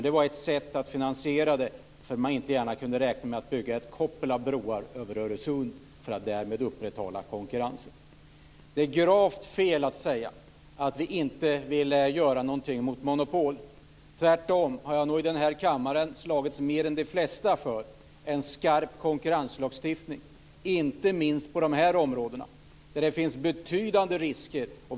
Det var ett sätt att finansiera det, för man kunde inte gärna räkna med att bygga ett koppel av broar över Öresund för att därmed upprätthålla konkurrensen. Det är gravt fel att säga att vi inte vill göra något mot monopol. Tvärtom har jag nog i den här kammaren slagits mer än de flesta för en skarp konkurrenslagstiftning, inte minst på de här områdena där det finns betydande risker.